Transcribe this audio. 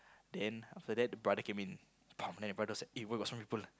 then after that the brother came in then the brother say eh why got so many people